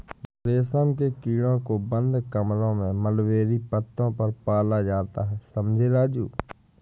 रेशम के कीड़ों को बंद कमरों में मलबेरी पत्तों पर पाला जाता है समझे राजू